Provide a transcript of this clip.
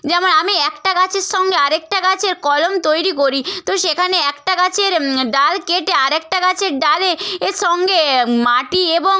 যেমন আমি একটা গাছের সঙ্গে আরেকটা গাছের কলম তৈরি করি তো সেখানে একটা গাছের ডাল কেটে আরেকটা গাছের ডালে এর সঙ্গে মাটি এবং